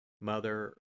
Mother